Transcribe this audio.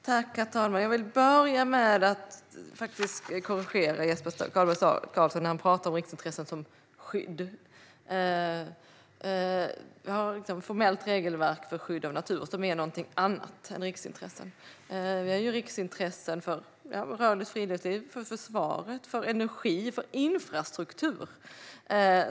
Herr talman! Jag vill börja med att korrigera Jesper Skalberg Karlsson, som talade om riksintressen som skydd. Vi har ett formellt regelverk för skydd av natur, som är något annat än riksintressen. Vi har riksintressen för rörligt friluftsliv, för försvaret, för energi och för infrastruktur.